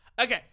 Okay